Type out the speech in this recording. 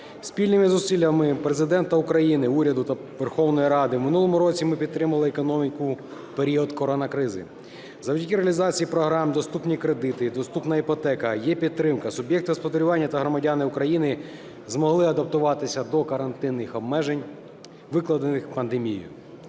Спільними зусиллями Президента України, уряду та Верховної Ради в минулому році ми підтримали економіку в період коронакризи. Завдяки реалізації програм "Доступні кредити" і "Доступна іпотека", "єПідтримка" суб'єкти господарювання та громадяни України змогли адаптуватися до карантинних обмежень, викликаних пандемією.